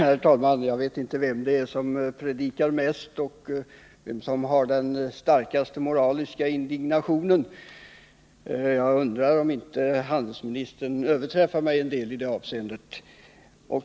Herr talman! Jag vet inte vem det är som predikar mest och vem som har den starkaste moraliska indignationen. Jag undrar om inte handelsministern överträffar mig en del i det avseendet.